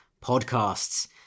podcasts